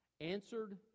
Answered